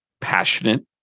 passionate